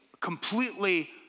completely